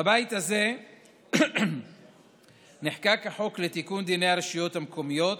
בבית הזה נחקק החוק לתיקון דיני הרשויות המקומיות